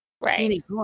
Right